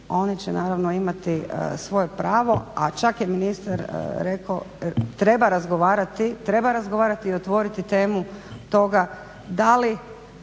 One će naravno imati svoje pravo, a čak je ministar rekao treba razgovarati i otvoriti temu toga da li